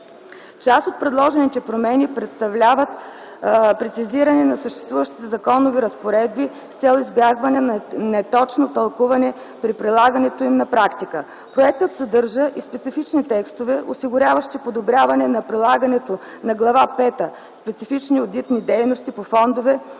Част от предложените промени представляват прецизиране на съществуващите законови разпоредби с цел избягване на неточно тълкуване при прилагането им на практика. Проектът съдържа и специфични текстове, осигуряващи подобряване на прилагането на Глава пета „Специфични одитни дейности по фондове